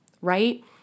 right